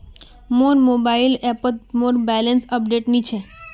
मोर मोबाइल ऐपोत मोर बैलेंस अपडेट नि छे